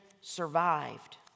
survived